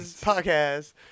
Podcast